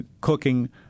cooking